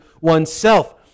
oneself